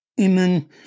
Amen